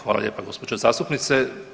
Hvala lijepo gđo. zastupnice.